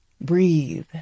breathe